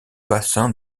bassin